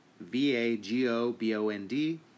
V-A-G-O-B-O-N-D